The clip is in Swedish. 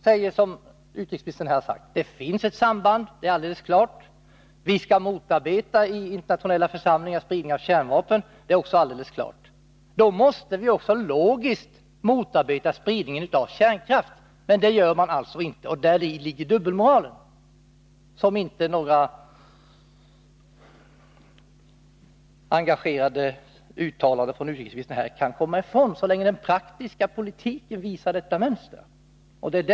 Säger man, som utrikesministern, att det är alldeles klart att det finns ett samband och att vi i internationella församlingar skall motarbeta spridning av kärnvapen, måste vi också logiskt motarbeta spridningen av kärnkraft. Det görs alltså inte — och däri ligger dubbelmoralen, som inga engagerade uttalanden av utrikesministern kan dölja, så länge den praktiska politiken uppvisar detta mönster.